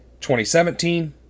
2017